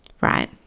right